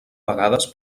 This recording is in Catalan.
vegades